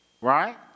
right